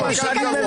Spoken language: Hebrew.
מי נמנע?